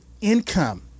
income